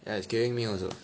ya is killing me also